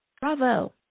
Bravo